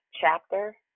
chapter